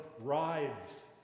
rides